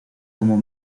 como